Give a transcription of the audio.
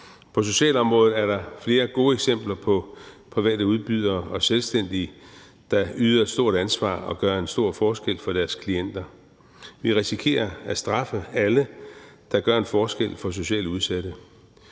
På socialområdet er der flere gode eksempler på private udbydere og selvstændige, der tager et stort ansvar og gør en stor forskel for deres klienter. Vi risikerer at straffe alle, der gør en forskel for socialt udsatte.